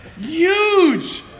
huge